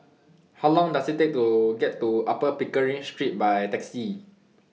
How Long Does IT Take to get to Upper Pickering Street By Taxi